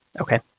okay